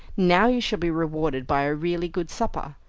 now you shall be rewarded by a really good supper.